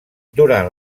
durant